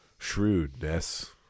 Shrewdness